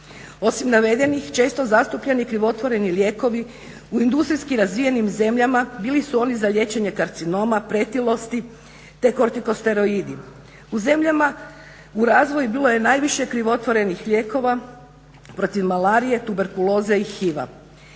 Osim navedenih često zastupljeni krivotvoreni lijekovi u industrijski razvijenim zemljama bili su oni za liječenje karcinoma, pretilosti te kortikosteroidi. U zemljama u razvoju bilo je najviše krivotvorenih lijekova protiv malarije, tuberkuloze i HIV-a.